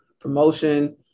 promotion